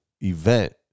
event